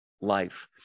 life